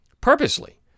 Purposely